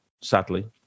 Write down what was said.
sadly